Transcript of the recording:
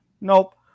nope